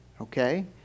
okay